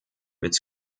its